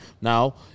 Now